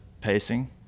pacing